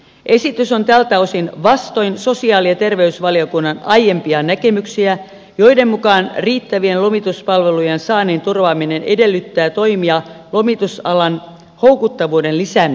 esitys on tältä osin vastoin sosiaali ja terveysvaliokunnan aiempia näkemyksiä joiden mukaan riittävien lomituspalvelujen saannin turvaaminen edellyttää toimia lomitusalan houkuttavuuden lisäämiseksi